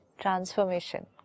Transformation